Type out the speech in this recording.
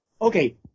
Okay